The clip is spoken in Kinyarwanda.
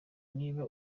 niba